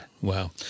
Wow